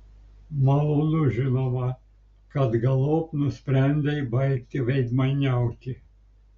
malonu žinoma kad galop nusprendei baigti veidmainiauti